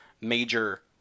major